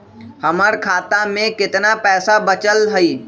हमर खाता में केतना पैसा बचल हई?